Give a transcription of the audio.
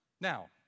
Now